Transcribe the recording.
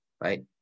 right